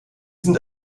sind